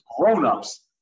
grown-ups